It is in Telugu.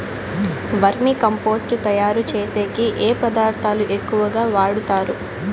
వర్మి కంపోస్టు తయారుచేసేకి ఏ పదార్థాలు ఎక్కువగా వాడుతారు